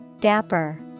Dapper